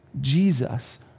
Jesus